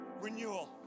renewal